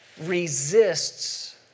resists